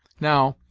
now,